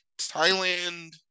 thailand